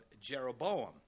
Jeroboam